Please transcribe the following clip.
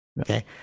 Okay